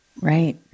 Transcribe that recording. Right